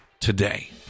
today